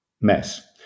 mess